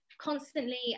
constantly